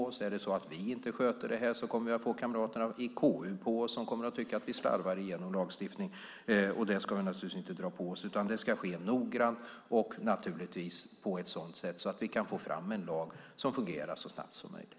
Om vi inte sköter det kommer vi att få kamraterna i KU på oss som kommer att tycka att vi slarvar igenom lagstiftningen, och det ska vi inte dra på oss. Det ska ske noggrant och på ett sådant sätt att vi kan få en lag som fungerar så snabbt som möjligt.